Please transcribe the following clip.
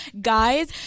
guys